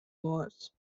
muss